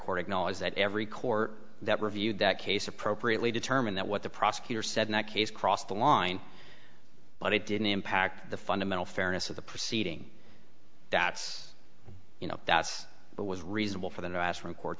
court acknowledged that every court that reviewed that case appropriately determined that what the prosecutor said in that case crossed the line but it didn't impact the fundamental fairness of the proceeding that's you know that's what was reasonable for them to ask from court